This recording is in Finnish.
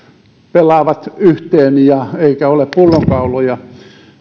pelaavat yhteen eikä ole pullonkauloja